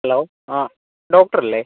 hello ആ doctor അല്ലേ